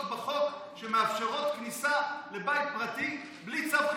בחוק שמאפשרות כניסה לבית פרטי בלי צו חיפוש.